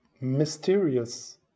mysterious